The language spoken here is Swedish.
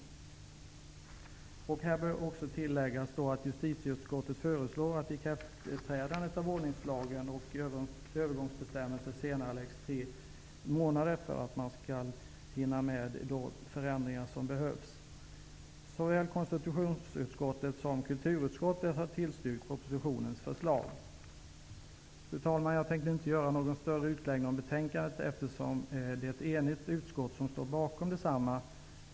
Tilläggas bör också att justitieutskottet föreslår att ikraftträdandet av ordningslagen och övergångsbestämmelser senareläggs tre månader för att man skall hinna med de förändringar som behövs. Såväl konstitutionsutskottet som kulturutskottet har tillstyrkt propositionens förslag. Fru talman! Jag tänkte inte göra någon större utläggningen om betänkandet, eftersom det är ett enigt utskott som står bakom detsamma.